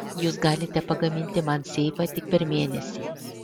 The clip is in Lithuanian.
jūs galite pagaminti man seifą tik per mėnesį